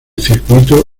circuito